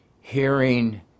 hearing